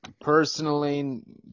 Personally